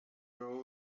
row